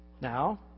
Now